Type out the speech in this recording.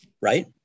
Right